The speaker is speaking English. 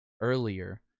earlier